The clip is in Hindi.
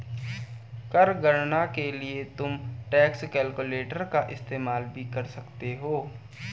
कर गणना के लिए तुम टैक्स कैलकुलेटर का इस्तेमाल भी कर सकते हो